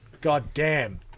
goddamn